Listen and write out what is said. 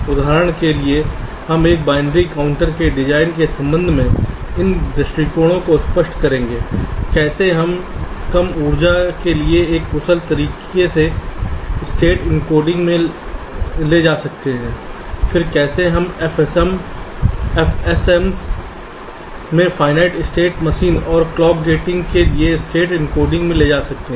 उदाहरण के लिए हम एक बाइनरी काउंटर के डिजाइन के संबंध में इन दृष्टिकोणों को स्पष्ट करेंगे कैसे हम कम ऊर्जा के लिए एक कुशल तरीके से स्टेट एन्कोडिंग ले जा सकते हैं फिर कैसे हम FSMs में फाइनइट स्टेट मशीन्स और क्लॉक गेटिंग के लिए स्टेट एन्कोडिंग ले जा सकते हैं